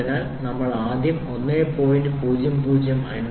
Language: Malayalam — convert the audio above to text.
അതിനാൽ ആദ്യം നമ്മൾ 1